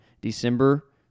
December